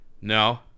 No